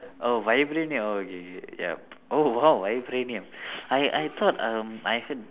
oh vibranium oh K K yup oh !wow! vibranium I I thought um I heard